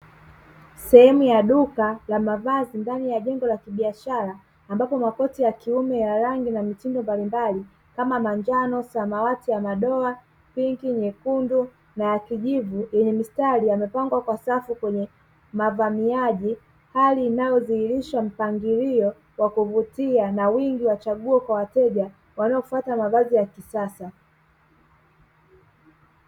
Sehemu ya duka ya mavazi ndani ya jengo la kibiashara, ambapo makoti ya kiume na ya rangi na mitindo mbalimbali kama: manjano, samawati ya madoa, pinki, nyekundu na ya kijivu yenye mistari; yamepangwa kwa safu kwenye mavamiaji, hali inayodhihirisha mpangilio wa kuvutia na wingi wa chaguo kwa wateja wanaofuata mavazi ya kisasa.